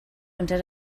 unter